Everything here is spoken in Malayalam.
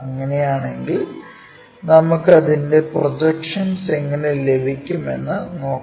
അങ്ങനെയാണെങ്കിൽ നമുക്ക് അതിന്റെ പ്രോജെക്ഷൻസ് എങ്ങിനെ ലഭിക്കും എന്ന് നോക്കാം